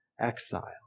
exile